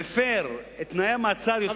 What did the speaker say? מפר את תנאי המעצר יותר מ-11,